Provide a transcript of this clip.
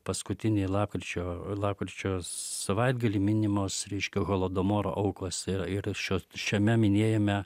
paskutinį lapkričio lapkričio savaitgalį minimos reiškia holodomoro aukos ir ir šio šiame minėjime